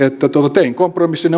tein kompromissin